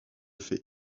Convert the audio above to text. fait